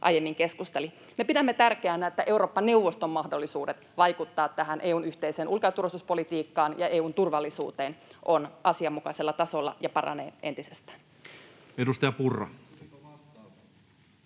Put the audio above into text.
aiemmin keskusteli. Me pidämme tärkeänä, että Eurooppa-neuvoston mahdollisuudet vaikuttaa tähän EU:n yhteiseen ulko- ja turvallisuuspolitiikkaan ja EU:n turvallisuuteen ovat asianmukaisella tasolla ja paranevat entisestään. [Speech 155]